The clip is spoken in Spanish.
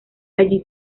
allí